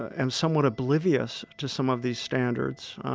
am somewhat oblivious to some of these standards.